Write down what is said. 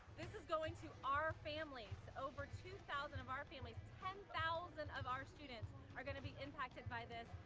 this is going to our families, over two thousand of our families ten thousand of our students are gonna be impacted by this,